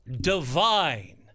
divine